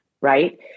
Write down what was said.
right